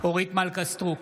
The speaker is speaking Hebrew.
אורית מלכה סטרוק,